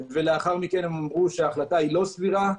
ולאחר מכן אמרו שההחלטה אינה סבירה.